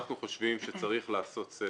אנחנו חושבים שצריך לעשות סדר.